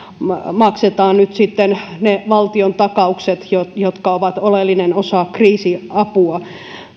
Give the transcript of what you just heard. maksetaan nyt sitten ne valtiontakaukset jotka jotka ovat oleellinen osa kriisiapua